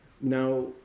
Now